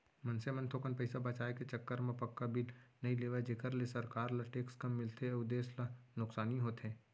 मनसे मन थोकन पइसा बचाय के चक्कर म पक्का बिल नइ लेवय जेखर ले सरकार ल टेक्स कम मिलथे अउ देस ल नुकसानी होथे